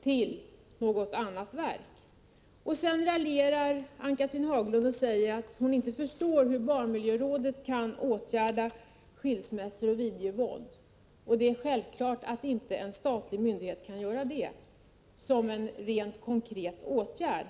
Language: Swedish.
till något annat verk. Sedan raljerar Ann-Cathrine Haglund och säger att hon inte förstår hur barnmiljörådet skall kunna åtgärda skilsmässor och videovåld. Det är självklart att inte en statlig myndighet kan göra detta, som en rent konkret åtgärd.